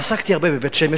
עסקתי הרבה בבית-שמש,